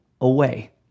away